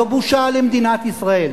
זו בושה למדינת ישראל.